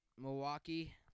Milwaukee